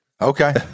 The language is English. Okay